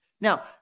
Now